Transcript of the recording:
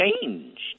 changed